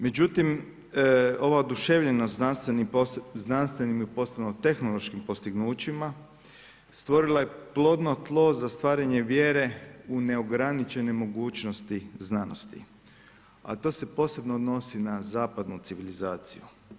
Međutim ova oduševljenost znanstvenim i poslovno-tehnološkim postignućima, stvorila je plodno tlo za stvaranje vjere u neograničene mogućnosti znanosti a to se posebno odnosi na zapadnu civilizaciju.